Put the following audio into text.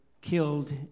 killed